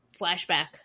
flashback